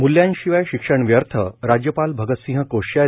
मुल्यांशिवाय शिक्षण व्यर्थ राज्यपाल भगतसिंह कोश्यारी